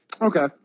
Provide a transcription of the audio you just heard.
Okay